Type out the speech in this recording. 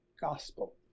gospel